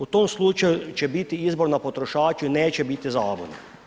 U tom slučaju će biti izbor na potrošaču i neće biti zabune.